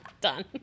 Done